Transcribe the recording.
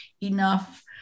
enough